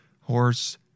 horse